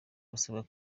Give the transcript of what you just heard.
basabwa